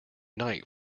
night